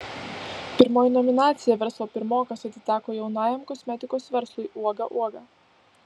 pirmoji nominacija verslo pirmokas atiteko jaunajam kosmetikos verslui uoga uoga